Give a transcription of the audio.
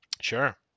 Sure